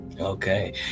okay